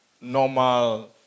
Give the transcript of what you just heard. normal